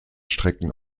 strecken